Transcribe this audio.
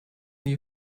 new